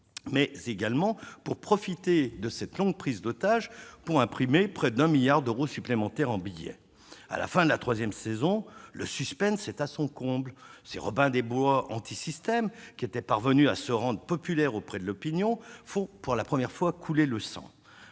des liquidités disponibles dans la banque mais aussi pour imprimer près d'1 milliard d'euros supplémentaire en billets. À la fin de la troisième saison, le suspense est à son comble : ces Robin des Bois anti-système qui étaient parvenus à se rendre populaires auprès de l'opinion font pour la première fois couler le sang.